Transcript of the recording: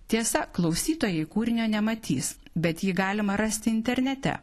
tiesa klausytojai kūrinio nematys bet jį galima rasti internete